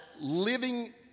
living